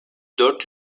dört